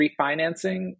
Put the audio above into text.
refinancing